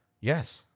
Yes